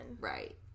Right